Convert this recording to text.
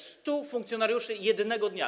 100 funkcjonariuszy jednego dnia.